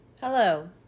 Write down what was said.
Hello